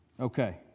Okay